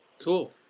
Cool